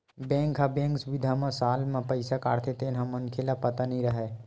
bank ह bank सुबिधा म साल म पईसा काटथे तेन ह मनखे ल पता नई रहय